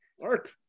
Mark